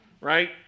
Right